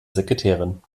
sekretärin